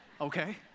Okay